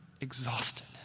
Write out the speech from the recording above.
exhausted